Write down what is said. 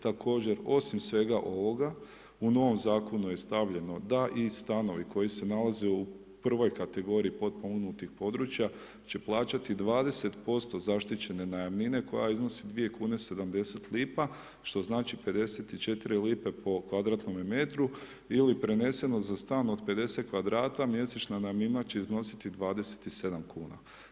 Također, osim svega ovoga, u novom Zakonu je stavljeno da i stanovi koji se nalaze u prvoj kategoriji potpomognutim područja će plaćati 20% zaštićene najamnine koja iznosi 2,70 kn, što znači 0,54 kn po m2 ili preneseno za stan od 50 m2 mjesečna najamnina će iznositi 27,00 kn.